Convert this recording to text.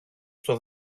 στο